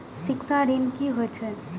शिक्षा ऋण की होय छै?